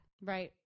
Right